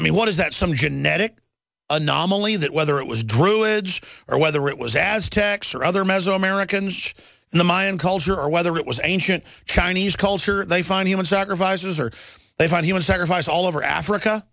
i mean what is that some genetic anomaly that whether it was druids or whether it was as tax or other mezzo americans in the mayan culture or whether it was ancient chinese culture they find human sacrifices or they find human sacrifice all over africa